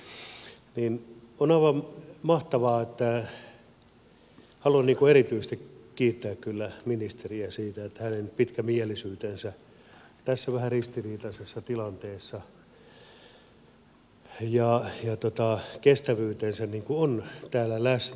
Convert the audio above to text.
on aivan mahtavaa ja haluan erityisesti kiittää kyllä ministeriä siitä että hänen pitkämielisyytensä tässä vähän ristiriitaisessa tilanteessa ja kestävyytensä ovat täällä läsnä